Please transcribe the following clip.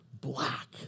black